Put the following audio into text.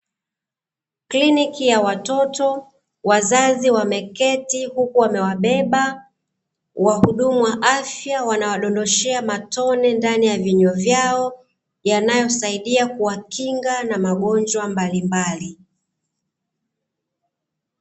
Kliniki ya watoto, wazazi wameketi huku wamewabeba, wahudumu wa afya wanawadondoshea matone ndani ya vinywa vyao, yanayosaidia kuwakinga na magonjwa mbalimbali.